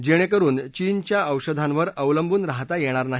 जेणेकरून चीनच्या औषधांवर अवलंबून राहता येणार नाही